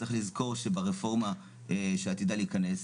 צריך לזכור שברפורמה שעתידה להיכנס,